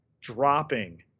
dropping